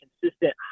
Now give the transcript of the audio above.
consistent